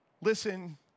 Listen